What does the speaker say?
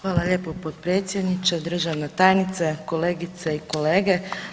Hvala lijepo potpredsjedniče, državna tajnice, kolegice i kolege.